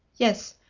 yes,